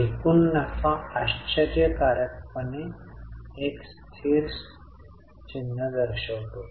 एकूण नफा आश्चर्यकारक पणे एक स्थिर स्थिर चिन्ह दर्शवतो